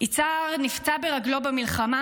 יצהר נפצע ברגלו במלחמה,